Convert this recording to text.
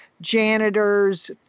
janitors